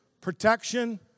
protection